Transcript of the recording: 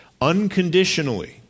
unconditionally